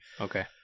okay